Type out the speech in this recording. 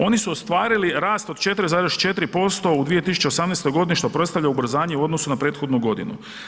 Oni su ostvarili rast od 4,4% u 2018. godini što predstavlja ubrzanje u odnosu na prethodnu godinu.